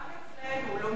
גם אצלנו לומדים,